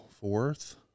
fourth